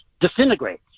disintegrates